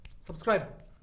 Subscribe